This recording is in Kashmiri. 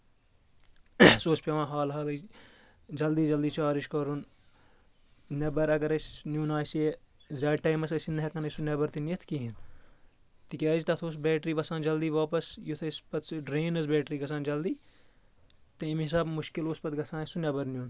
اَسہِ اوس پؠوان حال حالٕے جلدی جلدی چارٕج کرُن نؠبر اگر أسۍ نیُن آسہِ زیادٕ ٹایمَس ٲسِنۍ نہٕ ہؠکن أسۍ سُہ نؠبر تہِ نِتھ کِہیٖنۍ تِکیازِ تَتھ اوس بیٹری وَسان جلدی واپَس یُتھ أسۍ پتہٕ سُہ ڈرٛین ٲس بیٹری گژھان جلدی تمہِ حِساب مُشکِل اوس پَتہٕ گژھان سُہ نؠبر نیُن